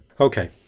Okay